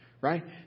right